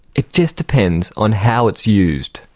it just depends on how it's used.